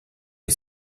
est